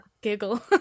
giggle